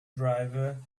driver